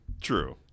True